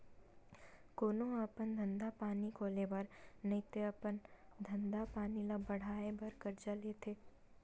कोनो ह अपन धंधा पानी खोले बर नइते अपन धंधा पानी ल बड़हाय बर करजा लेथे